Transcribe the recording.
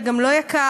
וגם לא יקר,